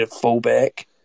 fullback